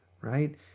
right